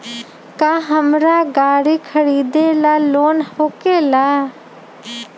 का हमरा गारी खरीदेला लोन होकेला?